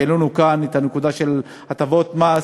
כשהעלינו כאן את הנקודה של הטבות מס,